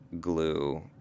glue